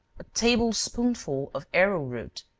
a table-spoonful of arrow root,